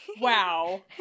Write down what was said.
Wow